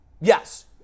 Yes